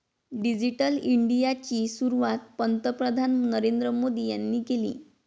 digital इंडियाची सुरुवात पंतप्रधान नरेंद्र मोदी यांनी केली